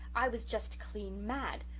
i was just clean mad.